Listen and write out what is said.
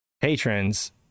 patrons